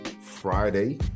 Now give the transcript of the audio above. Friday